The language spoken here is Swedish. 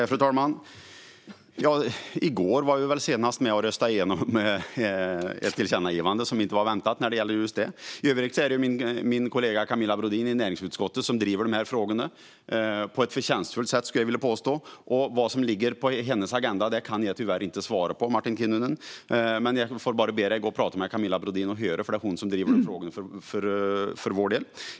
Fru talman! I går var vi senast med och röstade igenom ett tillkännagivande om det som inte vara väntat. I övrigt är det min kollega Camilla Brodin i näringsutskottet som driver dessa frågor - på ett förtjänstfullt sätt, skulle jag vilja påstå. Vad som ligger i hennes agenda kan jag tyvärr inte svara på, Martin Kinnunen. Jag får be dig att prata med Camilla Brodin, för det är som sagt hon som driver dessa frågor för vår del.